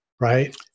Right